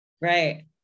Right